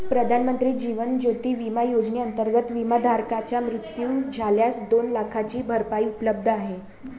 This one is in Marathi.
प्रधानमंत्री जीवन ज्योती विमा योजनेअंतर्गत, विमाधारकाचा मृत्यू झाल्यास दोन लाखांची भरपाई उपलब्ध आहे